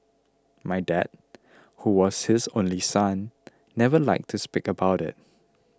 my dad who was his only son never liked to speak about it